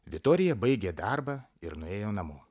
vitorija baigė darbą ir nuėjo namo